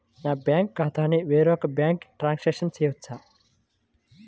నా బ్యాంక్ ఖాతాని వేరొక బ్యాంక్కి ట్రాన్స్ఫర్ చేయొచ్చా?